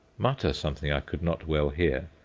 mutter something i could not well hear,